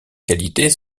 qualités